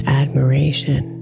admiration